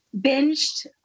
binged